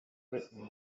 written